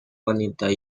wanita